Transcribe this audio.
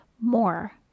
more